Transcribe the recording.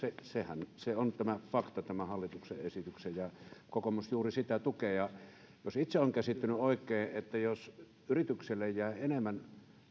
sehän on tämän hallituksen esityksen fakta ja kokoomus juuri sitä tukee ja jos itse olen käsittänyt oikein niin jos yritykselle jää enemmän